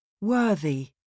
Worthy